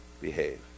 behave